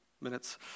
minutes